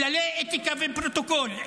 כללי אתיקה ופרוטוקול,